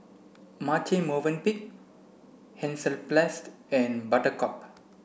Marche Movenpick Hansaplast and Buttercup